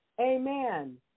Amen